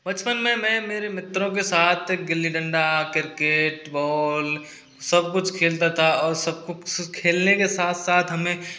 बचपन में मैं मेरे मित्रों के साथ गिल्ली डंडा क्रिकेट बॉल सब कुछ खेलता था और सबको खेलने के साथ साथ हमें